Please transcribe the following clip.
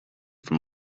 from